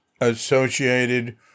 associated